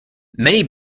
many